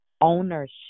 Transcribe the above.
ownership